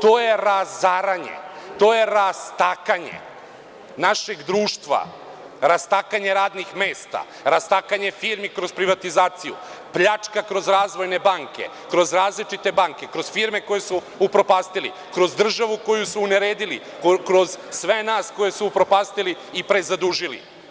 to je razaranje, to je rastakanje našeg društva, rastakanje radnih mesta, rastakanje firmi kroz privatizaciju, pljačka kroz razvojne banke, kroz različite banke, kroz firme koje su upropastili, kroz državu koju su uneredili, kroz sve nas koje su upropastili i prezadužili.